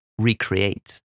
recreate